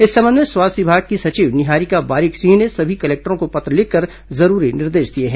इस संबंध में स्वास्थ्य विभाग की सचिव निहारिका बारिक सिंह ने सभी कलेक्टरों को पत्र लिखकर जरूरी निर्देश दिए हैं